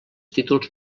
títols